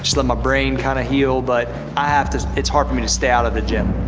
let my brain kind of heal but i have to it's hard for me to stay out of the gym.